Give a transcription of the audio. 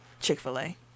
Chick-fil-A